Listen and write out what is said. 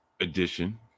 edition